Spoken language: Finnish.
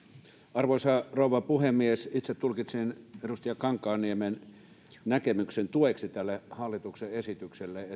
arvoisa rouva puhemies itse tulkitsin edustaja kankaanniemen näkemyksen tueksi tälle hallituksen esitykselle